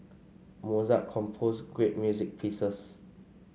Mozart composed great music pieces